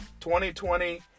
2020